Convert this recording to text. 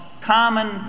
common